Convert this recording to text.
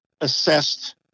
assessed